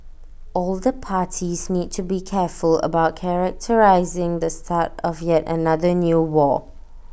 all the parties need to be careful about characterising the start of yet another new war